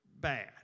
bad